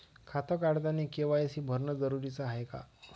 खातं काढतानी के.वाय.सी भरनं जरुरीच हाय का?